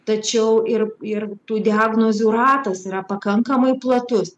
tačiau ir ir tų diagnozių ratas yra pakankamai platus